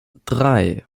drei